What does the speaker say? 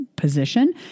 position